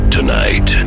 Tonight